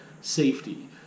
safety